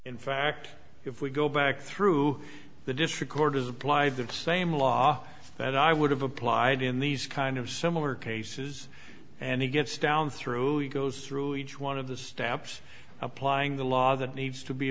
in fact if we go back through the district court has applied the same law that i would have applied in these kind of similar cases and it gets down through goes through each one of the steps applying the law that needs to be